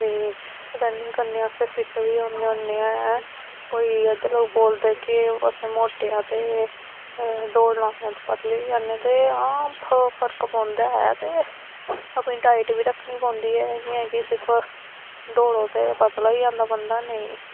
ते रनिंग करने आस्तै फिट बी होन्ने होन्ने आं कोई अद्धे लोक बोलदे कि अस मोटे आं ते दौड़ लाने कन्नै पतले होई जन्ने ते हां आहो फर्क पौंदा ऐ ते अपनी डाइट बी रक्खनी पौंदी ऐ तुस आक्खो के सिर्फ दौड़ो ते पतला होई जंदा बंदा नेईं